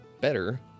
better